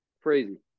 Crazy